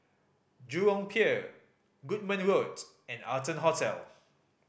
Jurong Pier Goodman Road and Arton Hotel